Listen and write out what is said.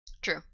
True